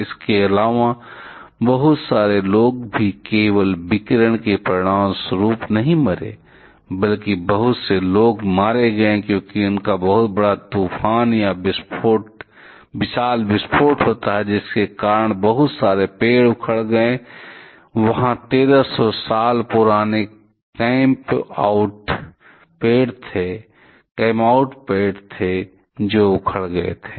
इसके अलावा बहुत सारे लोग भी केवल विकिरण के परिणामस्वरूप नहीं मरे बल्कि बहुत से लोग मारे गए क्योंकि बहुत बड़ा तूफान या विशाल विस्फोट होता है जिसके कारण बहुत सारे पेड़ उखड़ गए वहाँ 1300 साल पुराने कैंपआउट पेड़ थे जो उखड़ गए थे